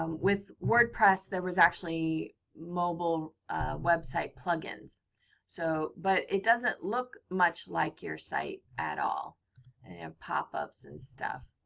um with wordpress, there was actually mobile website plug-ins so but it doesn't look much like your site at all and pop-ups and stuff.